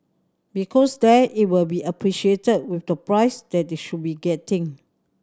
because there it will be appreciated with the price that they should be getting